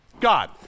God